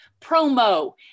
promo